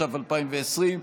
התש"ף 2020,